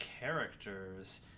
characters